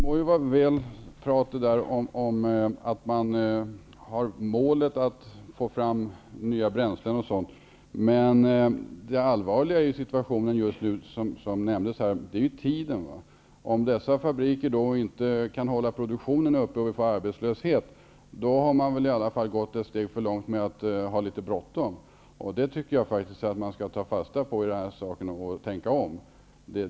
Herr talman! Det är ju väl att man har målet att få fram nya bränslen, men det allvarliga i situationen just nu, som nämndes här, är tidsfaktorn. Om dessa fabriker inte kan hålla produktionen uppe och vi får arbetslöshet, har man i alla fall gått ett steg för långt med att ha litet bråttom. Jag tycker faktiskt att man skall ta fasta på det och tänka om.